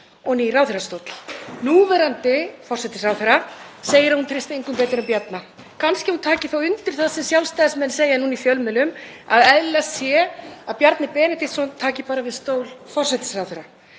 og ný ráðherrastóll. Núverandi forsætisráðherra segir að hún treysti engum betur en Bjarna. Kannski hún taki þá undir það sem Sjálfstæðismenn segja núna í fjölmiðlum, að eðlilegast sé að Bjarni Benediktsson taki bara við stól forsætisráðherra.